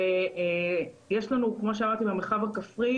אבל כשהמוצר שלם סיבים לא משתחררים ממנו בצורה בלתי רצונית,